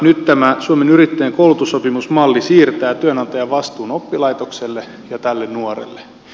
nyt tämä suomen yrittäjien koulutussopimusmalli siirtää työnantajan vastuun oppilaitokselle ja tälle nuorelle